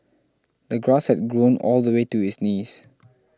the grass had grown all the way to his knees